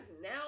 now